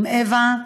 אווה,